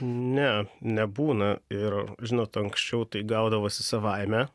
ne nebūna ir žinot anksčiau tai gaudavosi savaime